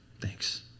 Thanks